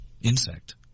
insect